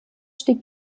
stieg